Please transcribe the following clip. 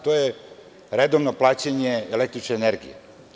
To je redovno plaćanje električne energije.